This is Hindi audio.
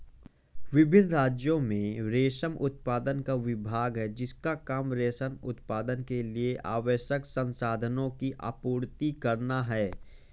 विभिन्न राज्यों में रेशम उत्पादन का विभाग है जिसका काम रेशम उत्पादन के लिए आवश्यक संसाधनों की आपूर्ति करना है